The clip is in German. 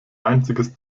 einziges